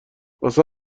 واسه